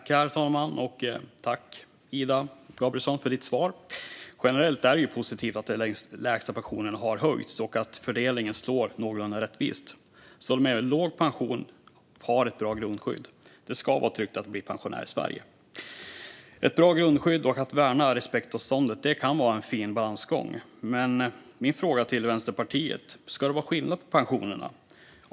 Herr talman! Tack för svaret, Ida Gabrielsson! Generellt är det positivt att de lägsta pensionerna har höjts och att fördelningen slår någorlunda rättvist. De med låg pension har ett bra grundskydd. Det ska vara tryggt att bli pensionär i Sverige. Ett bra grundskydd och att värna respektavståndet kan vara en fin balansgång. Min fråga till Vänsterpartiet är: Ska det vara skillnad på pensionerna?